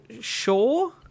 sure